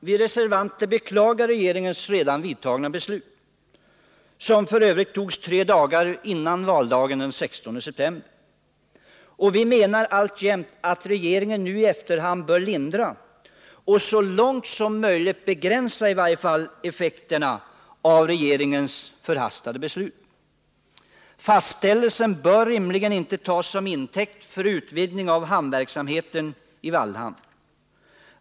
Vi reservanter beklagar regeringens redan fattade beslut, som f. ö. togs tre dagar före valet den 16 september, och vi menar att den nuvarande regeringen nu i efterhand bör så långt möjligt begränsa effekterna av folkpartiregeringens förhastade beslut. Fastställelsen bör inte tas som intäkt för utvidgning av hamnverksamheten i Vallhamn.